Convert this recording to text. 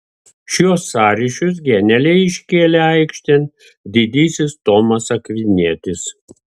šiuos sąryšius genialiai iškėlė aikštėn didysis tomas akvinietis